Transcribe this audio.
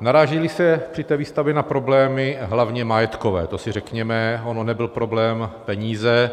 Narážíli se při té výstavbě na problémy, hlavně majetkové, to si řekněme; on nebyl problém peníze,